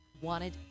wanted